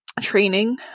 training